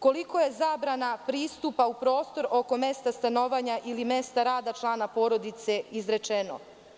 Koliko je zabrana pristupa u prostor oko mesta stanovanja ili mesta rada člana porodice izrečeno?